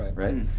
right.